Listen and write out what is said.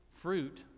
Fruit